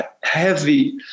heavy